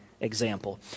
example